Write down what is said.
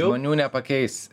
žmonių nepakeisi